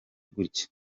gutya